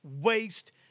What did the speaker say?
waste